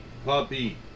puppy